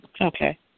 Okay